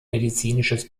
medizinisches